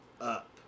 up